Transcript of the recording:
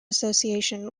association